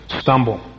stumble